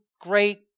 great